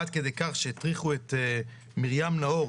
עד כדי כך שהטריחו את מרים נאור,